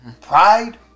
pride